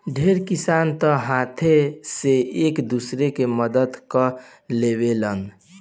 ढेर किसान तअ हाथे से एक दूसरा के मदद कअ लेवेलेन